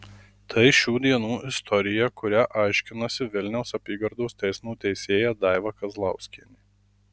tai šių dienų istorija kurią aiškinasi vilniaus apygardos teismo teisėja daiva kazlauskienė